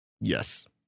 Yes